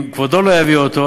אם כבודו לא יביא אותו,